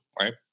right